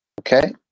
Okay